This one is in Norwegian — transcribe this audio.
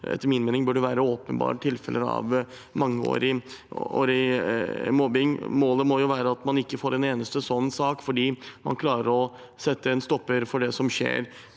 etter min mening burde være åpenbare tilfeller av mangeårig mobbing. Målet må jo være at man ikke får en eneste sånn sak, fordi man tidlig klarer å sette en stopper for det som skjer,